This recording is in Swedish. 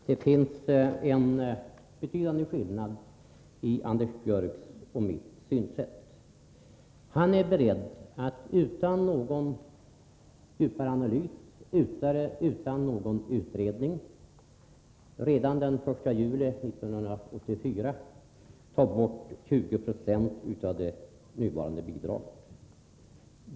Fru talman! Det finns en betydande skillnad mellan Anders Björcks och mitt synsätt. Han är beredd att utan någon djupare analys, utan någon utredning, redan den 1 juli 1984 ta bort 20 96 av det nuvarande bidraget.